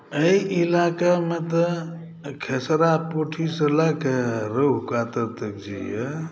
ई इलाकामे तऽ खेसरा पोठही से लए कऽ रोहु कातिल तक जे अइ